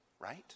right